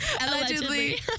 Allegedly